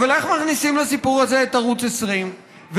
אבל איך מכניסים לסיפור הזה את ערוץ 20 ואיך